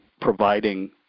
providing